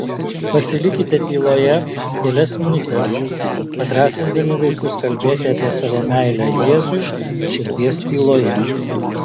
pasilikite tyloje kelias minutes padrąsindami vaikus kalbėti apie savo meilę jėzui širdies tyloje